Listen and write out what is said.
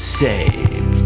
saved